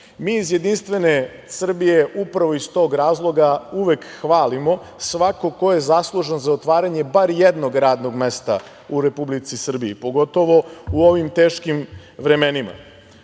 iz jedinstvene Srbije upravo iz tog razloga uvek hvalimo svakog ko je zaslužan za otvaranje bar jednog radnog mesta u Republici Srbiji, pogotovo u ovim teškim vremenima. Kada